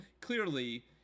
clearly